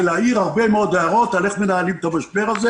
להעיר הרבה מאוד הערות על איך מנהלים את המשבר הזה.